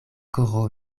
koro